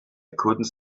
couldn’t